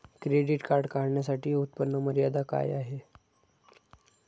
Credit card काढण्यासाठी उत्पन्न मर्यादा काय आहे?